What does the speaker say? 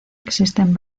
existen